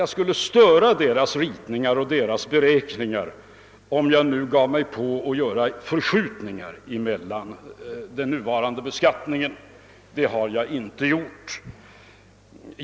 Jag skulle störa kommitténs ritningar och beräkningar, om jag gjorde förskjutningar i den nuvarande beskattningen. Det har jag därför inte gjort.